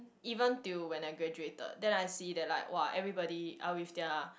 even till when I graduated then I see that like !wah! everybody are with their